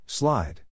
Slide